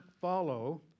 follow